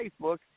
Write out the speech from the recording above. Facebook